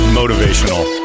motivational